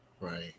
Right